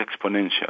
exponential